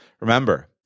Remember